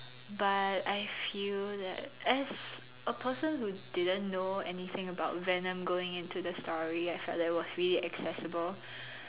but I feel that as a person who didn't know anything about Venom going in into the story I felt that it was really accessible